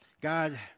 god